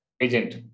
agent